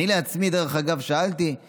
אני, דרך אגב, שאלתי את